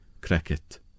cricket